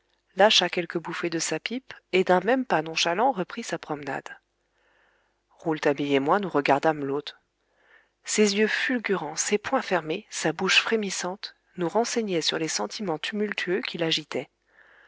lâcha quelques bouffées de sa pipe et d'un même pas nonchalant reprit sa promenade rouletabille et moi nous regardâmes l'hôte ses yeux fulgurants ses poings fermés sa bouche frémissante nous renseignaient sur les sentiments tumultueux qui l'agitaient